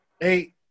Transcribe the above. eight